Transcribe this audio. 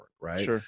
right